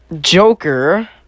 Joker